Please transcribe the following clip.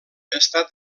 està